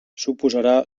suposarà